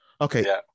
okay